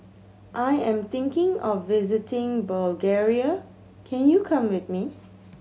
I am thinking of visiting Bulgaria can you come with me